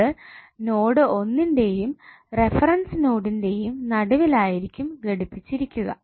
ഇത് node 1 ന്റെയും reference നൊഡിന്റെയും നടുവിൽ ആയിരിക്കും ഘടിപ്പിച്ചിരിക്കുക